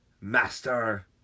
master